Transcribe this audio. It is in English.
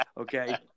Okay